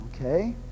Okay